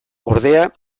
ordea